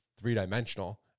three-dimensional